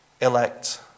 elect